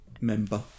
member